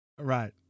Right